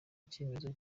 icyemezo